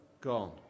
gone